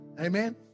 amen